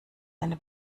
eine